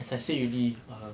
as I said already err